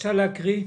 בבקשה להקריא.